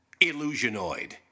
Illusionoid